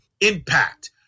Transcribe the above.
impact